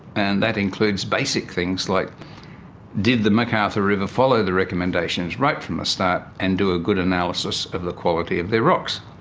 and that includes basic things like did the mcarthur river follow the recommendations right from the ah start and do a good analysis of the quality of their rocks?